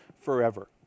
forever